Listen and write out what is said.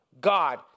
God